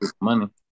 money